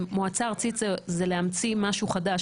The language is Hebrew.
המועצה הארצית זה להמציא משהו חדש.